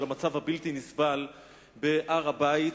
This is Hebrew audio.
על המצב הבלתי-נסבל בהר-הבית,